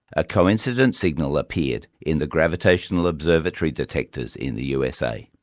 a coincident signal appeared in the gravitational observatory detectors in the usa.